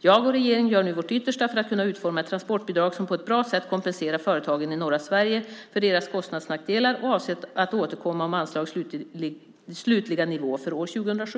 Jag och regeringen gör nu vårt yttersta för att kunna utforma ett transportbidrag som på ett bra sätt kompenserar företagen i norra Sverige för deras kostnadsnackdelar och avser att återkomma om anslagets slutliga nivå för år 2007.